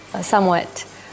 Somewhat